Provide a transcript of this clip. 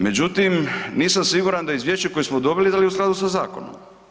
Međutim, nisam siguran da izvješće koje smo dobili, da li je u skladu sa zakonom.